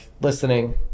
listening